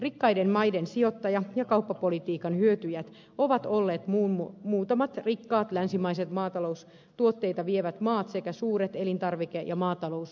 rikkaiden maiden sijoittaja ja kauppapolitiikan hyötyjiä ovat olleet muutamat rikkaat länsimaiset maataloustuotteita vievät maat sekä suuret elintarvike ja maatalousyritykset